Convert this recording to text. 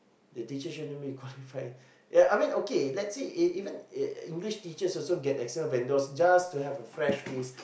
the teacher shouldn't be qualified ya I mean okay let's say e~ e~ even uh English teachers also get external vendors just to have a fresh face